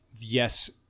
yes